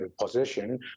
position